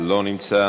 לא נמצא,